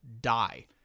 die